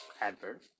advert